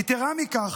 יתרה מזו,